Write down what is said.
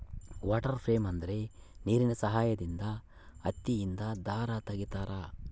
water frame ಅಂದ್ರೆ ನೀರಿನ ಸಹಾಯದಿಂದ ಹತ್ತಿಯಿಂದ ದಾರ ತಗಿತಾರ